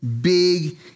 big